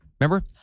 remember